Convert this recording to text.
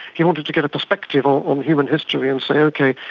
he wanted to get a perspective on um human history and say, okay,